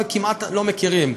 וכמעט לא מכירים.